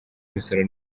imisoro